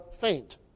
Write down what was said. faint